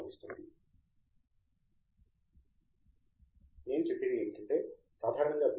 తంగిరాల నేను చెప్పేది ఏమిటంటే సాధారణంగా బి